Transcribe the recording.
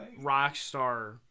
Rockstar